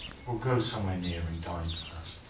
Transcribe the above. we'll go somewhere near and dine first,